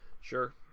sure